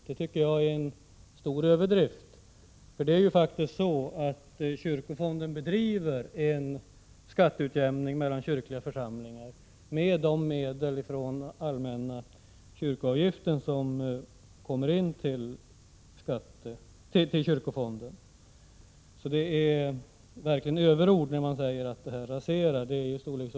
Detta tycker jag är en stor överdrift. Det är ju faktiskt så att kyrkofonden bedriver en skatteutjämning mellan kyrkliga församlingar med de medel som kommer in till kyrkofonden från den allmänna kyrkoavgiften. Det är därför verkligen överord att säga att skatteutjämningssystemet nu raseras.